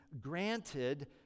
granted